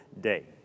day